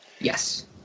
Yes